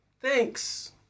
thanks